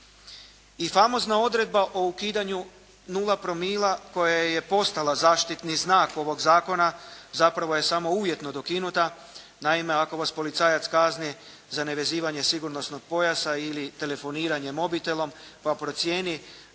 I famozna odredba o ukidanju nula promila koja je postala zaštitni znak ovog zakona zapravo je samo uvjetno dokinuta. Naime, ako vas policajac kazni za nevezivanje sigurnosnog pojasa ili telefoniranje mobitelom pa procijeni